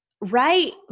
Right